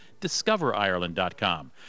discoverireland.com